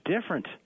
different